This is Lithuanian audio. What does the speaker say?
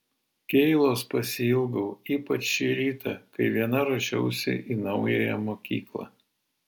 keilos pasiilgau ypač šį rytą kai viena ruošiausi į naująją mokyklą